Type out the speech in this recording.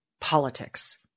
politics